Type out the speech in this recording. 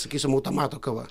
sakysim automato kava